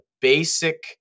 basic